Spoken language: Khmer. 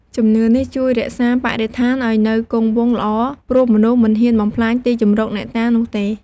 ជំនឿនេះជួយរក្សាបរិស្ថាន ឱ្យនៅគង់វង្សល្អ ព្រោះមនុស្សមិនហ៊ានបំផ្លាញទីជម្រកអ្នកតានោះទេ។